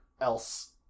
else